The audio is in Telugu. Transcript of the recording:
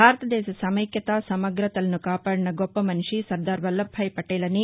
భారతదేశ సమైక్యతా సమ్మగతలను కాపాడిన గొప్ప మనిషి సర్దార్ పల్లభ్ భాయ్ పబేల్ అని